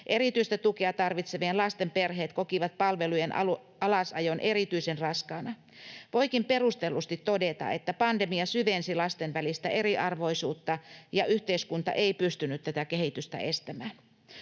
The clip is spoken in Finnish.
Erityistä tukea tarvitsevien lasten perheet kokivat palvelujen alasajon erityisen raskaana. Voikin perustellusti todeta, että pandemia syvensi lasten välistä eriarvoisuutta ja yhteiskunta ei pystynyt tätä kehitystä estämään.